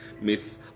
Miss